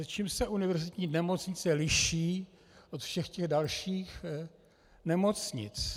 Čím se univerzitní nemocnice liší od všech dalších nemocnic?